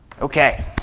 Okay